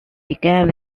began